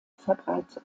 verbreitet